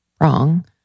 wrong